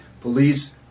Police